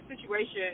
situation